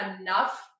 enough